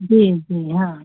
जी जी हाँ